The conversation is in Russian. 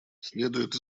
следует